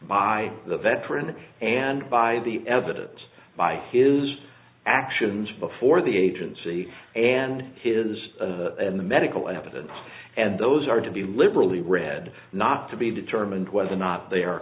by the veteran and by the evidence by his actions before the agency and his and the medical evidence and those are to be liberally read not to be determined whether or not they are